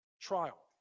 trial